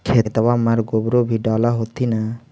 खेतबा मर गोबरो भी डाल होथिन न?